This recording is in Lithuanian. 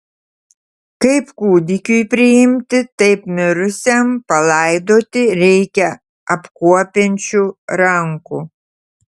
kaip kūdikiui priimti taip mirusiam palaidoti reikia apkuopiančių rankų